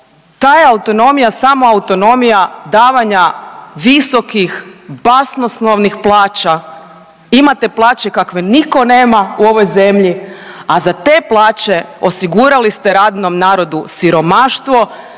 ta je autonomija samo autonomija davanja visokih basnoslovnih plaća, imate plaće kakve niko nema u ovoj zemlji, a za te plaće osigurali ste radnom narodu siromaštvo,